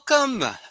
Welcome